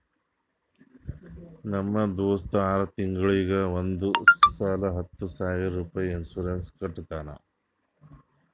ನಮ್ ದೋಸ್ತ ಆರ್ ತಿಂಗೂಳಿಗ್ ಒಂದ್ ಸಲಾ ಹತ್ತ ಸಾವಿರ ರುಪಾಯಿ ಇನ್ಸೂರೆನ್ಸ್ ಕಟ್ಟತಾನ